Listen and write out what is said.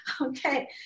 Okay